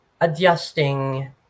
adjusting